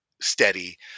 steady